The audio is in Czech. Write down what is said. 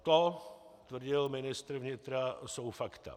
To, tvrdil ministr vnitra, jsou fakta.